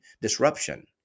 disruption